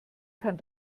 kann